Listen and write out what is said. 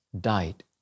died